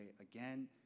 again